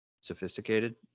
sophisticated